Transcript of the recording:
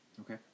Okay